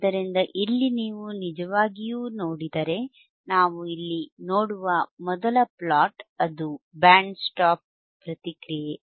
ಆದ್ದರಿಂದ ಇಲ್ಲಿ ನೀವು ನಿಜವಾಗಿಯೂ ನೋಡಿದರೆ ನಾವು ಇಲ್ಲಿ ನೋಡುವ ಮೊದಲ ಪ್ಲೊಟ್ ಅದು ಬ್ಯಾಂಡ್ ಸ್ಟಾಪ್ ಪ್ರತಿಕ್ರಿಯೆ